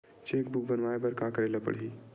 Cheque book बनवाय बर का करे ल पड़हि?